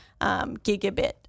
gigabit